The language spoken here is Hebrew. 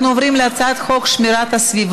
אנחנו אישרנו כי הצעת חוק הדואר (תיקון,